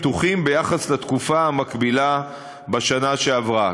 פתוחים ביחס לתקופה המקבילה בשנה שעברה.